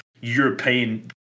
European